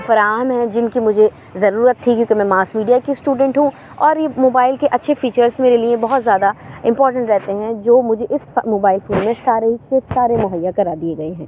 فراہم ہیں جن کی مجھے ضرورت تھی کیوں کہ میں ماس میڈیا کی اسٹوڈینٹ ہوں اور یہ موبائل کے اچھے فیچرس میرے لیے بہت زیادہ امپورٹینٹ رہتے ہیں جو مجھے اس فا موبائل فون میں سارے کے سارے مہیا کرا دیے گئے ہیں